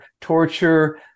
torture